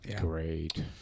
Great